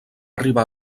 arribar